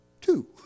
two